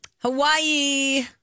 Hawaii